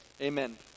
Amen